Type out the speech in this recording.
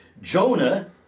Jonah